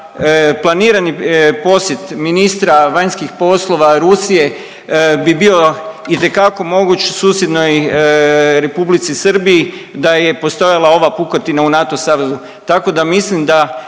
planirani posjet ministra vanjskih poslova Rusije bi bio itekako moguć susjednoj R. Srbiji da je postojala ova pukotina u NATO savezu,